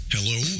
Hello